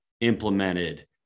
implemented